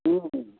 की भेलै